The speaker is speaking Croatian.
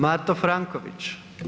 Mato Franković.